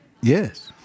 Yes